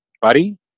buddy